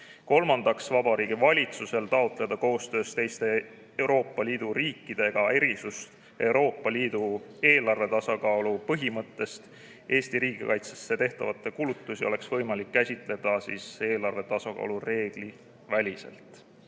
Kolmandaks, Vabariigi Valitsusel taotleda koostöös teiste Euroopa Liidu riikidega erisust Euroopa Liidu eelarve tasakaalu põhimõttest, et Eesti riigikaitsesse tehtavaid kulutusi oleks võimalik käsitleda eelarve tasakaalu reegli väliselt.